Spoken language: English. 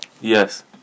Yes